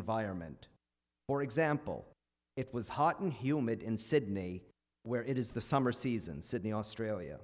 environment for example it was hot and humid in sydney where it is the summer season sydney australia